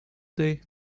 day